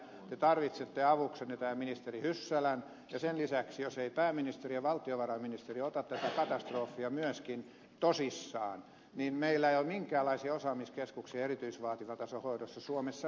te tarvitsette avuksenne tähän ministeri hyssälän ja sen lisäksi jos eivät pääministeri ja valtiovarainministeri ota tätä katastrofia myöskin tosissaan meillä ei ole minkäänlaisia osaamiskeskuksia erityisvaativan tason hoidossa suomessa missään